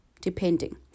depending